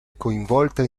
coinvolta